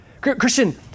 Christian